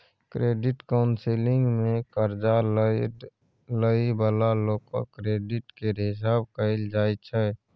credit counselling मे कर्जा लइ बला लोकक क्रेडिट केर हिसाब कएल जाइ छै